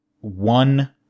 one